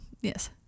Yes